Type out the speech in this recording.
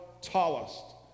tallest